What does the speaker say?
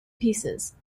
pieces